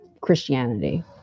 Christianity